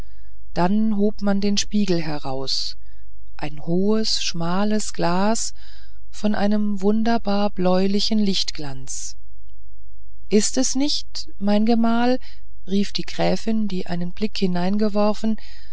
dann hob man den spiegel heraus ein hohes schmales glas von einem wunderbar bläulichen lichtglanz ist es nicht mein gemahl rief die gräfin die einen blick hineingeworfen